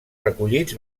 recollits